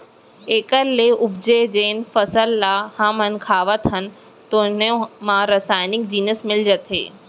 एखर ले उपजे जेन फसल ल हमन खावत हन तेनो म रसइनिक जिनिस मिल जाथे